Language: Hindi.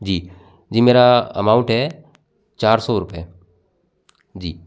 जी जी मेरा अमाउंट है चार सौ रुपए जी